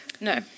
No